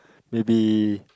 maybe